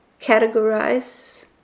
categorize